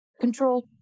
control